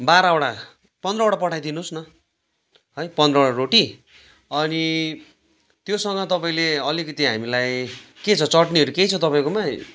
बाह्रवटा पन्ध्रवटा पठाइदिनुहोस् न है पन्ध्रवटा रोटी अनि त्योसँग तपाईँले अलिकति हामीलाई के छ चट्नीहरू केही छ तपाईँकोमा